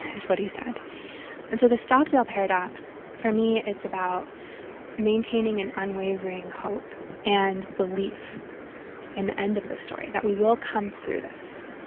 is what he said and so the stockdale paradox, for me, it's about maintaining an unwavering hope and belief in the end of this story, that we will come through this.